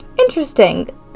Interesting